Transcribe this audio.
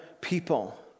people